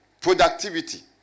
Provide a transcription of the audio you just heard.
productivity